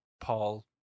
paul